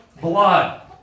blood